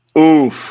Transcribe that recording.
Oof